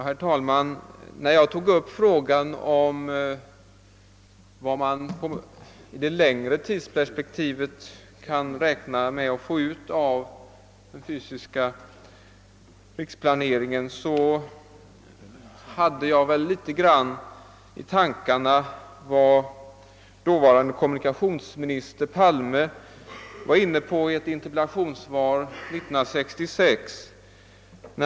Herr talman! När jag tog upp frågan om vad man i det längre tidsperspektivet kan räkna med att få ut av den fysiska riksplaneringen hade jag bl.a. i tankarna vad dåvarande kommunikationsminister Palme var inne på i ett interpellationssvar 1966.